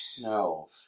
No